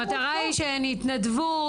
המטרה היא שהן יתנדבו,